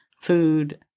food